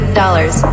dollars